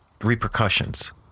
repercussions